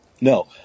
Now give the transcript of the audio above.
No